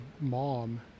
mom